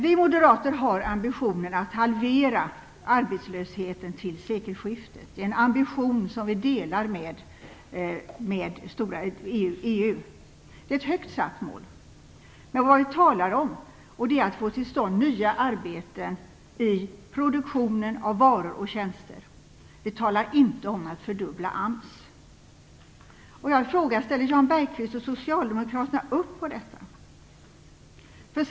Vi moderater har ambitionen att halvera arbetslösheten till sekelskiftet. Det är en ambition som vi delar med EU. Det är ett högt satt mål. Vad vi talar om är att få till stånd nya arbeten i produktionen av varor och tjänster. Vi talar inte om att fördubbla AMS. Ställer Jan Bergqvist och socialdemokraterna upp på detta?